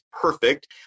perfect